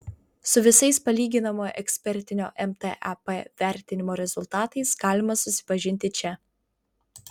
su visais palyginamojo ekspertinio mtep vertinimo rezultatais galima susipažinti čia